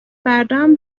فرداهم